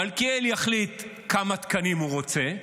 מלכיאלי יחליט כמה תקנים הוא רוצה,